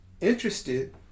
interested